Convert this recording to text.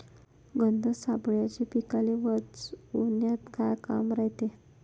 गंध सापळ्याचं पीकाले वाचवन्यात का काम रायते?